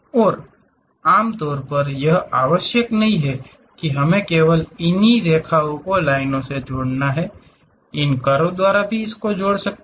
और आम तौर पर यह आवश्यक नहीं है कि हमें केवल इन रेखाओं को लाइनों से जोड़ना है इन्हें कर्व द्वारा द्वारा भी जोड़ा जा सकता है